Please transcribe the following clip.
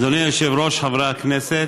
אדוני היושב-ראש, חברי הכנסת,